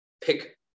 pick